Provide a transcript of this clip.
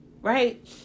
Right